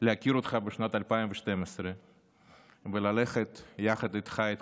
להכיר אותך בשנת 2012 וללכת יחד איתך את